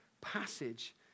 passage